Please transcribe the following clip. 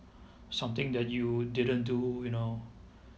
something that you didn't do you know